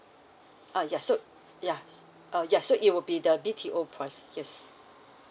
uh yeah so yeah uh yeah so it will be the B_T_O price yes